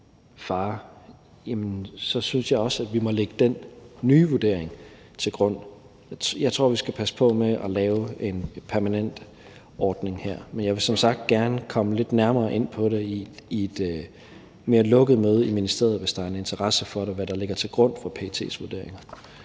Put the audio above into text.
synes jeg også, at vi må lægge den nye vurdering til grund. Jeg tror, at vi skal passe på med at lave en permanent ordning her, men jeg vil som sagt gerne komme lidt nærmere ind på det i et mere lukket møde i ministeriet, hvis der er en interesse for det og for, hvad der ligger til grund for PET's vurderinger.